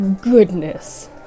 goodness